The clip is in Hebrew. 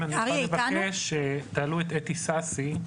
אני אציג את הנתונים שנמצאים אצלי.